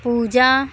पूजा